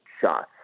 shots